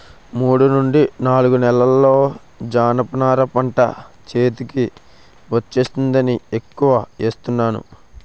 మూడు నుండి నాలుగు నెలల్లో జనప నార పంట చేతికి వచ్చేస్తుందని ఎక్కువ ఏస్తున్నాను